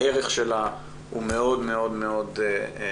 הערך שלה מאוד מאוד גבוה.